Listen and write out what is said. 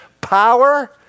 power